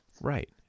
Right